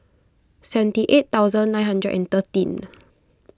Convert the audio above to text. seventy eight thousand nine hundred and thirteen